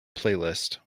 playlist